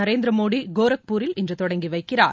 நரேந்திரமோடி கோரக்பூரில் இன்று தொடங்கி வைக்கிறார்